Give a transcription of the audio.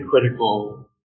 critical